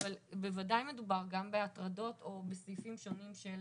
אבל בוודאי מדובר גם בהטרדות או בסעיפים שונים של